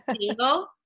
single